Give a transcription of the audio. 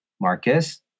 Marcus